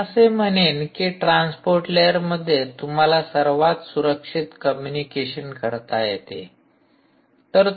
मी असे म्हणेन की ट्रान्सपोर्ट लेयरमध्ये तुम्हाला सर्वात सुरक्षित कम्युनिकेशन करता येते